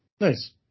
Nice